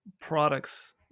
products